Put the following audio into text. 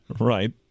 right